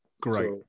Great